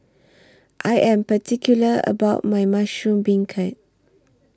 I Am particular about My Mushroom Beancurd